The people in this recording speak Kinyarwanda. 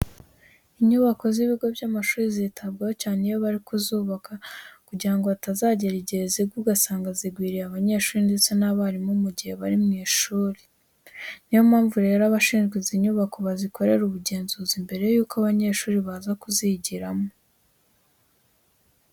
Inyubako z'ibigo by'amashuri zitabwaho cyane iyo bari kuzubaka, kugira ngo hatazagera igihe zigwa ugasanga zigwiriye abanyeshuri ndetse n'abarimu mu gihe bari mu ishuri. Ni yo mpamvu rero abashinzwe izi nyubako bazikorera ubugenzuzi mbere yuko abanyeshuri baza kuzigiramo.